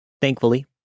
Thankfully